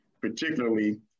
particularly